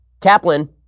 Kaplan